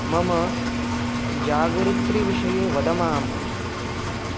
मम जागरित्रीविषये वद माम्